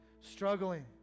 struggling